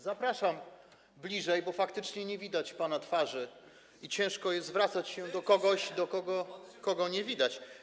Zapraszam bliżej, bo faktycznie nie widać pana twarzy i ciężko jest zwracać się do kogoś, kogo nie widać.